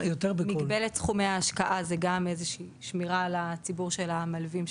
מגבלת סכומי ההשקעה היא גם איזו שהיא שמירה על ציבור המלווים,